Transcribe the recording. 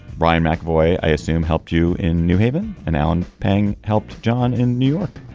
ryan mcavoy i assume helped you in new haven and alan pang helped john in new york.